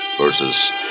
versus